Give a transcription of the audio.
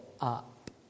up